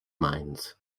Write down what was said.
mines